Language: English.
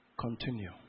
Continue